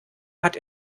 hat